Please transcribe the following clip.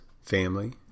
family